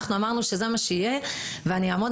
אנחנו אמרנו שזה מה שיהיה ואני אעמוד